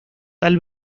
tal